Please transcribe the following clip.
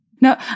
No